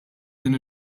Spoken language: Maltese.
din